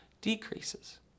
decreases